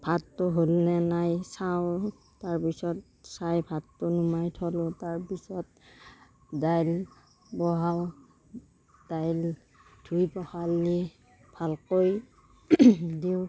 ভাতটো হ'লনে নাই চাওঁ তাৰপিছত চাই ভাতটো নমাই থলোঁ তাৰপিছত দাইল বঢ়াওঁ দাইল ধুই পখালি ভালকৈ দিওঁ